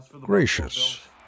Gracious